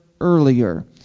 earlier